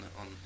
on